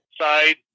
side